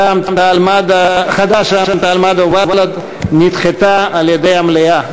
רע"ם-תע"ל-מד"ע ובל"ד נדחתה על-ידי המליאה.